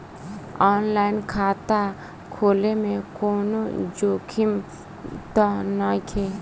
आन line खाता खोले में कौनो जोखिम त नइखे?